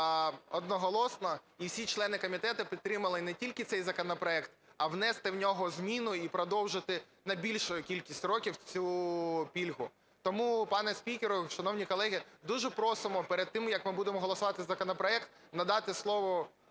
одноголосно, і всі члени підтримали не тільки цей законопроект, а внести в нього зміну і продовжити на більшу кількість років цю пільгу. Тому, пане спікере, шановні колеги, дуже просимо перед тим, як ми будемо голосувати законопроект, надати слово